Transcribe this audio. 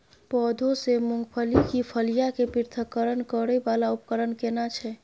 पौधों से मूंगफली की फलियां के पृथक्करण करय वाला उपकरण केना छै?